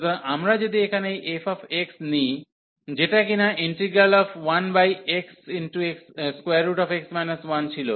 সুতরাং আমরা যদি এখানে এই f নিই যেটা কিনা ইন্টিগ্রাল 1xx 1 ছিল